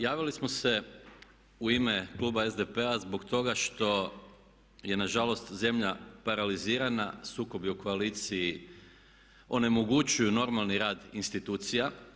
Javili smo se u ime kluba SDP-a zbog toga što je na žalost zemlja paralizirana, sukobi u koaliciji onemogućuju normalni rad institucija.